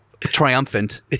triumphant